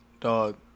Dog